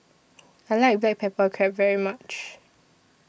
I like Black Pepper Crab very much